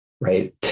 right